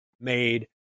made